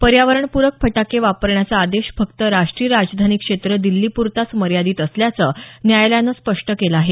पर्यावरण पूरक फटाके वापरण्याचा आदेश फक्त राष्ट्रीय राजधानी क्षेत्र दिल्ली प्रताच मर्यादित असल्याचं न्यायालयानं स्पष्ट केलं आहे